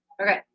Okay